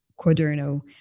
quaderno